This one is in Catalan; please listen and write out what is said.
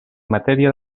matèria